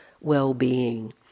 well-being